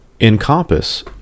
encompass